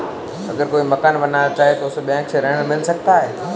अगर कोई मकान बनाना चाहे तो उसे बैंक से ऋण मिल सकता है?